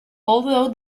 although